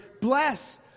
bless